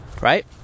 right